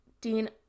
Dean